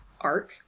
arc